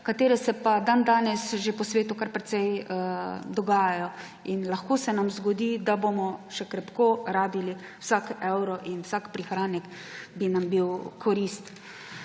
ki se pa dan danes že po svetu kar precej dogajajo, in lahko se nam zgodi, da bomo še krepko rabili vsak evro in vsak prihranek bi nam bil v korist.